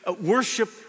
worship